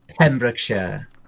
Pembrokeshire